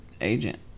agent